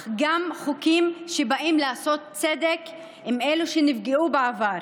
אך גם חוקים שבאים לעשות צדק עם אלו שנפגעו בעבר